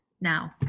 now